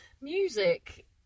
music